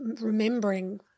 remembering